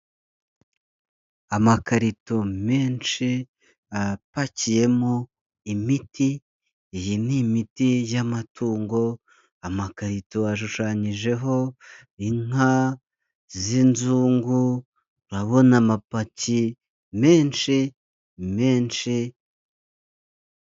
Amakarito menshi apakiyemo imiti, iyi ni imiti y'amatungo, amakarito ashushanyijeho inka z'inzungu urabona amapaki menshi menshi.